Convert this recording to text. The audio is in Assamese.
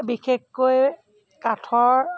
বিশেষকৈ কাঠৰ